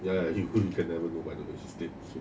ya ya if you could never know by the way she